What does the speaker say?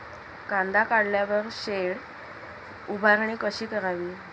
कांदा काढल्यावर शेड उभारणी कशी करावी?